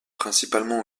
principalement